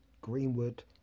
Greenwood